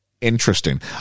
interesting